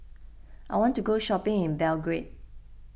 I want to go shopping in Belgrade